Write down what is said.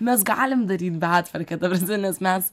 mes galim daryt betvarkę ta prasme mes